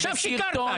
עכשיו שיקרת.